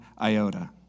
iota